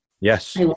Yes